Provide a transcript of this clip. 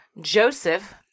Joseph